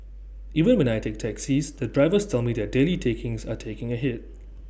even when I take taxis the drivers tell me their daily takings are taking A hit